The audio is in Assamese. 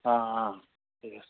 অঁ অঁ ঠিক আছে